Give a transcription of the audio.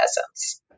peasants